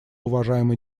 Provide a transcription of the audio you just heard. уважаемый